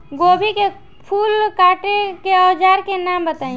गोभी के फूल काटे के औज़ार के नाम बताई?